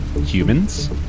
Humans